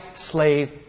slave